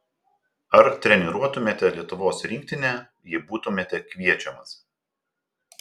ar treniruotumėte lietuvos rinktinę jei būtumėte kviečiamas